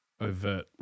overt